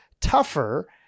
tougher